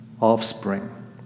offspring